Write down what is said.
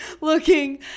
looking